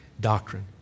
doctrine